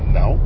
no